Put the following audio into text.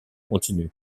continu